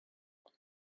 but